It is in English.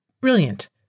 Brilliant